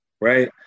right